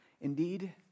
indeed